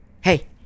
hey